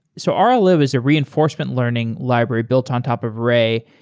so um rllib is a reinforcement learning library built on top of ray.